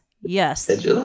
yes